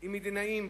עם מדינאים,